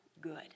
good